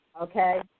Okay